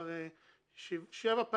יש להם רק סמכויות פיקוח,